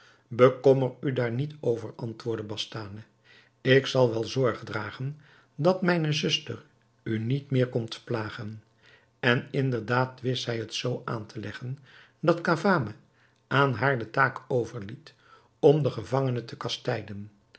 bekommer u daar niet over antwoordde bastane ik zal wel zorg dragen dat mijne zuster u niet meer komt plagen en inderdaad wist zij het zoo aan te leggen dat cavame aan haar de taak overliet om den gevangene te kastijden